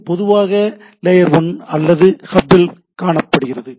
இது பொதுவாக லேயர் 1 அல்லது ஹப் ல் காணப்படுகிறது